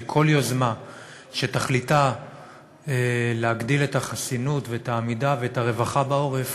כל יוזמה שתכליתה להגדיל את החסינות ואת העמידה ואת הרווחה בעורף,